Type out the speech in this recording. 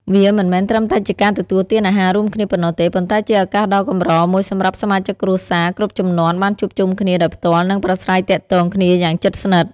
វាមិនមែនត្រឹមតែជាការទទួលទានអាហាររួមគ្នាប៉ុណ្ណោះទេ ប៉ុន្តែជាឱកាសដ៏កម្រមួយសម្រាប់សមាជិកគ្រួសារគ្រប់ជំនាន់បានជួបជុំគ្នាដោយផ្ទាល់ និងប្រាស្រ័យទាក់ទងគ្នាយ៉ាងជិតស្និទ្ធ។